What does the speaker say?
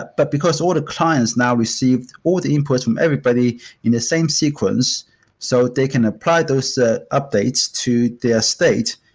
but because all the clients now receive all the inputs from everybody in a same sequence so they can apply those updates to their state,